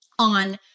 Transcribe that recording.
on